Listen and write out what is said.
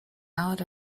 out